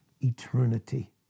eternity